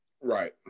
right